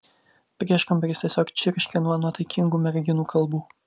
prieškambaris tiesiog čirškia nuo nuotaikingų merginų kalbų